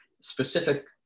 specific